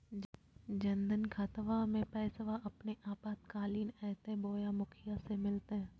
जन धन खाताबा में पैसबा अपने आपातकालीन आयते बोया मुखिया से मिलते?